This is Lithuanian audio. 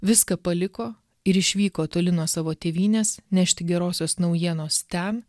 viską paliko ir išvyko toli nuo savo tėvynės nešti gerosios naujienos ten